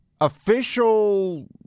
Official